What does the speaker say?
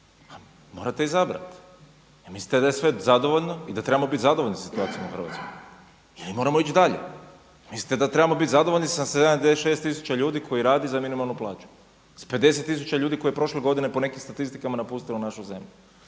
Morate izabrati, … mislite da je sve zadovoljno i da trebamo biti zadovoljni sa situacijom u Hrvatskoj, jeli moramo ići dalje. mislite da trebamo biti zadovoljni sa 76 tisuća ljudi koji radi za minimalnu plaću s 50 tisuća ljudi koje je prošle godine po nekim statistikama napustilo našu zemlju,